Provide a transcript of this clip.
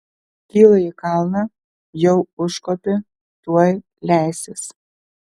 kyla į kalną jau užkopė tuoj leisis